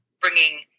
bringing